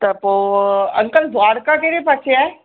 त पोइ अंकल द्वारका कहिड़े पासे आहे